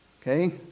Okay